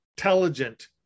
intelligent